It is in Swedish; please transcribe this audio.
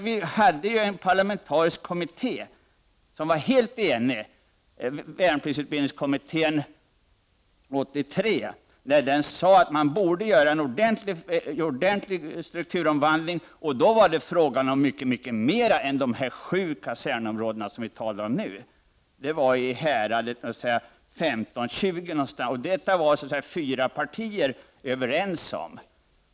Vi hade ju en parlamentarisk kommitté — värnpliktskommittén 83 — som var helt enig om att en ordentlig strukturomvandling borde komma till stånd. Då var det fråga om många fler än de sju kasernområden som vi nu diskuterar. Det rörde sig om storleksordningen 15-20, och detta var fyra partier överens om.